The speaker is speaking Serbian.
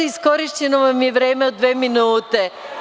Iskorišćeno vam je vreme od dve minute.